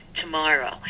tomorrow